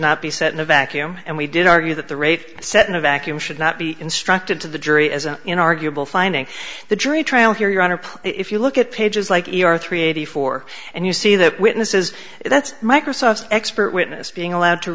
not be set in a vacuum and we did argue that the rate set in a vacuum should not be instructed to the jury as an inarguable finding the jury trial here your honor if you look at pages like e r three eighty four and you see that witnesses that's microsoft's expert witness being allowed to